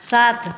सात